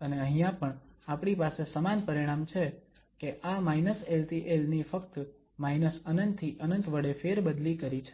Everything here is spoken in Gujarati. અને અહીંયા પણ આપણી પાસે સમાન પરિણામ છે કે આ l થી l ની ફક્ત ∞ થી ∞ વડે ફેરબદલી કરી છે